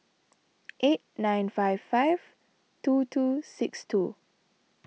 eight nine five five two two six two